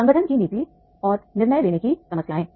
संगठन की नीति और निर्णय लेने की समस्याएं